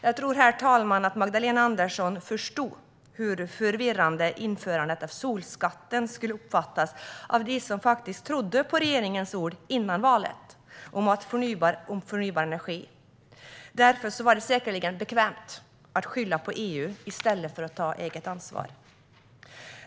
Herr talman! Jag tror att Magdalena Andersson förstod hur pass förvirrande införandet av solskatten skulle uppfattas vara av dem som, innan valet, trodde på regeringens ord om förnybar energi. Därför var det säkerligen bekvämt att skylla på EU i stället för att ta eget ansvar.